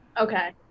Okay